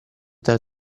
tra